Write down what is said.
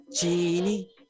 Genie